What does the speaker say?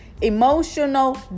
emotional